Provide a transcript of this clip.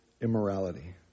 immorality